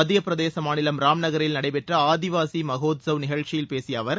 மத்தியப்பிரதேச மாநிலம் ராம் நகரில் நடைபெற்ற ஆதிவாசி மகோத்சவ் நிகழ்ச்சியில் பேசிய அவர்